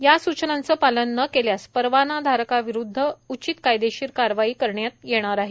या सूचनांचे पालन न केल्यास परवानाधारकाविरुद्ध उचित कायदेशीर कारवाई करण्यात येईल